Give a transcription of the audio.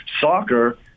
soccer